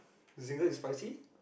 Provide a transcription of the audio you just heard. Zinger is spicy